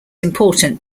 important